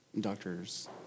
doctors